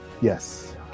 Yes